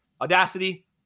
Audacity